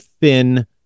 thin